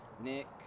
Nick